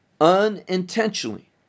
unintentionally